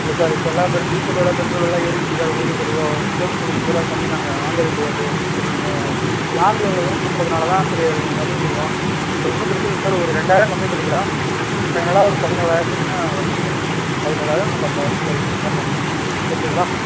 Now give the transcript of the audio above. இல்லை சார் இப்போலாம் அந்த டீசல் வெலை பெட்ரோல் வெலைலாம் ஏறிடுச்சு சார் உங்களுக்கே தெரியும் கிலோமீட்டருக்கு முப்பதுரூவா கம்மி நாங்கள் வாங்குவது கிடையாது சரி நீங்கள் லாங்கில் இவ்வளோ தூரம் கூப்பிட்றதுனால தான் சரி அதுல கொஞ்சம் கம்மி பண்ணிக்கிறோம் அது ஒன்றும் பிரச்சனை இல்லை சார் ஒரு ரெண்டாயிரம் கம்மி பண்ணிக்கலாம் ஃபைனலாக ஒரு பதினோறாயிரத்துக்குனா வரலாம் சார் ஒன்றும் பிரச்சனை இல்லை சார் பதினோறாயிரம் இல்லைனா பத்தாயிரத்துக்கு வரலாம் சார் ஓகேங்களா